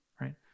right